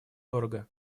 дорого